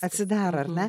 atsidaro ar ne